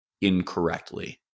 incorrectly